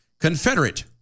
Confederate